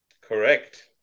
Correct